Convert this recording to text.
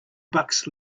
bucks